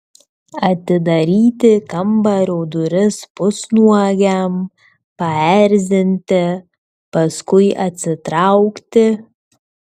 atidaryti kambario duris pusnuogiam paerzinti paskui atsitraukti